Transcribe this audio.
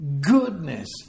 goodness